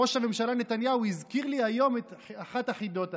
ראש הממשלה נתניהו הזכיר לי היום את אחת החידות האלה.